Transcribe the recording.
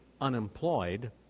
unemployed